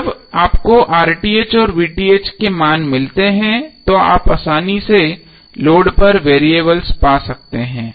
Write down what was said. जब आपको और के मान मिलते हैं तो आप आसानी से लोड पर वेरिएबल्स पा सकते हैं